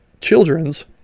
children's